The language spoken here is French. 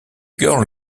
girl